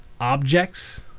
objects